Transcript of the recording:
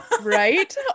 Right